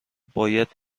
باید